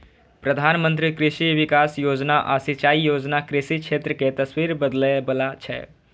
प्रधानमंत्री कृषि विकास योजना आ सिंचाई योजना कृषि क्षेत्र के तस्वीर बदलै बला छै